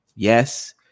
Yes